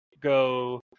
go